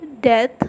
death